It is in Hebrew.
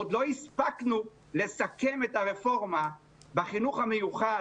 עוד לא הספקנו לסכם את הרפורמה בחינוך המיוחד